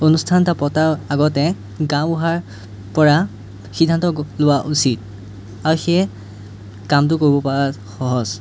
অনুষ্ঠান এটা পতাৰ আগতে গাঁওবুঢ়াৰপৰা সিদ্ধান্ত লোৱা উচিত আৰু সেয়ে কামটো কৰিব পৰা সহজ